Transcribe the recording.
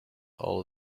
all